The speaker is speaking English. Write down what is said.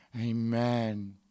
amen